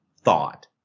thought